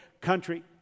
country